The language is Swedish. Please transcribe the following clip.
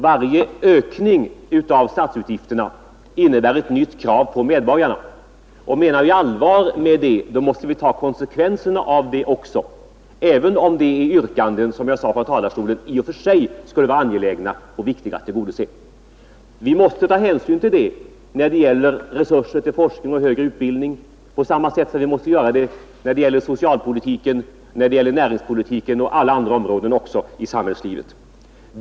Varje ökning av statsutgifterna innebär ett nytt krav på medborgarna. Menar vi allvar med vårt tal om återhållsamhet måste vi också ta konsekvenserna av det, även om det gäller yrkanden vilka — som jag sade från talarstolen — det i och för sig skulle vara angeläget och viktigt att tillgodose. Vi måste ta hänsyn till det när det gäller resurser till forskning och högre utbildning på samma sätt som när det gäller socialpolitik, näringspolitik och alla andra områden i samhällslivet.